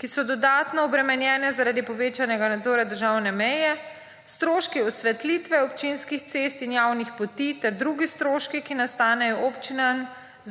ki so dodatno obremenjene zaradi povečanega nadzora državne meje, stroške osvetlitve občinskih cest in javnih poti, ter drugi stroški, ki nastanejo občinam,